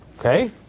Okay